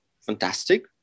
fantastic